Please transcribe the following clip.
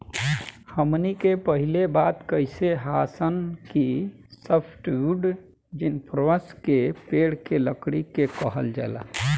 हमनी के पहिले बात कईनी हासन कि सॉफ्टवुड जिम्नोस्पर्म के पेड़ के लकड़ी के कहल जाला